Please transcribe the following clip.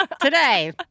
today